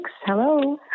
hello